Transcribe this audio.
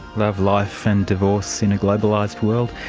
love, life and divorce in a globalised world.